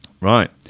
Right